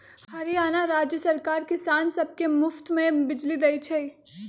हरियाणा राज्य सरकार किसान सब के मुफ्त में बिजली देई छई